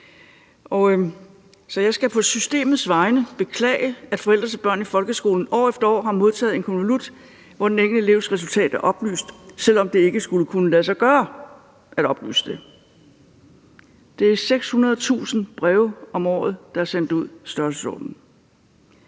Så jeg skal på systemets vegne beklage, at forældre til børn i folkeskolen år efter år har modtaget en konvolut, hvor den enkelte elevs resultat er oplyst, selv om det ikke skulle kunne lade sig gøre at oplyse det. Det er 600.000 breve om året, der er sendt ud – det er i den